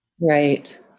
Right